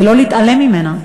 ולא להתעלם ממנה.